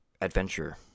adventure